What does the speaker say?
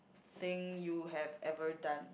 thing you have ever done